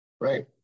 right